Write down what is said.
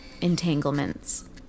entanglements